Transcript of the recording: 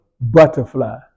butterfly